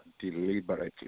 deliberately